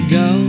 go